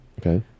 okay